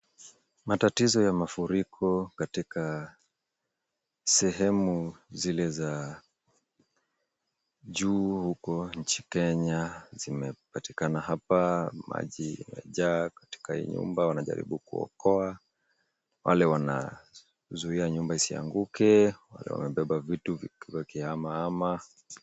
Matatizo ya mafuriko katika sehemu zile za juu uko nchi Kenya zimepatikana hapa maji imejaa katika hii nyumba wanajaribu kuokoa. Wale wanazuia nyumba hisianguke wale wanabepa vitu wakihama hama.